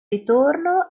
ritorno